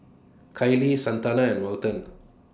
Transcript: Kaylie Santana and Welton